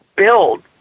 build